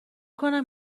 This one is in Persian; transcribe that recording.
کنم